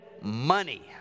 money